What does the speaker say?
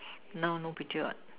now no picture what